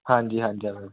ਹਾਂਜੀ ਹਾਂਜੀ